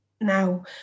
now